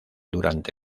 durante